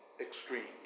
extremes